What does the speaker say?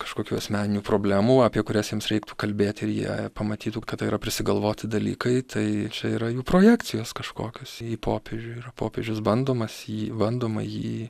kažkokių asmeninių problemų apie kurias jiems reiktų kalbėti ir jie pamatytų kad tai yra prisigalvoti dalykai tai čia yra jų projekcijos kažkokios į popiežių yra popiežius bandomas jį bandoma jį